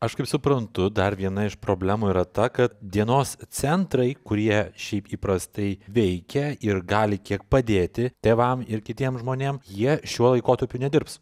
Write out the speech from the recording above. aš kaip suprantu dar viena iš problemų yra ta kad dienos centrai kurie šiaip įprastai veikia ir gali kiek padėti tėvam ir kitiem žmonėm jie šiuo laikotarpiu nedirbs